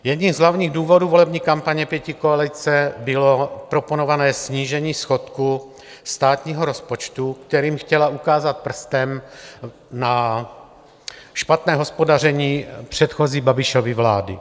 Jedním z hlavních volební kampaně pětikoalice bylo proponované snížení schodku státního rozpočtu, kterým chtěla ukázat prstem na špatné hospodaření předchozí Babišovy vlády.